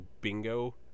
bingo